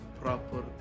proper